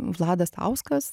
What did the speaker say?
vladas stauskas